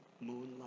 moonlight